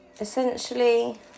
essentially